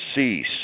cease